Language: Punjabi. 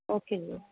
ਓਕੇ ਜੀ